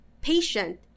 patient